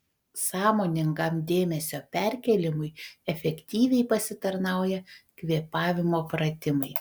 sąmoningam dėmesio perkėlimui efektyviai pasitarnauja kvėpavimo pratimai